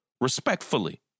respectfully